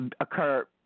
occur